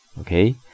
okay